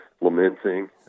lamenting